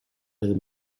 del